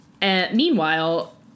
Meanwhile